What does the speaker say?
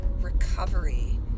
recovery